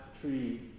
tree